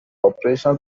operational